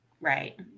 right